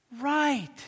Right